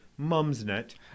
Mumsnet